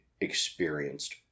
experienced